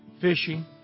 fishing